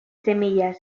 semillas